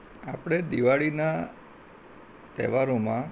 આપણે દિવાળીના તહેવારોમાં